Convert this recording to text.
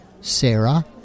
Sarah